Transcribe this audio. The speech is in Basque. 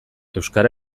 euskara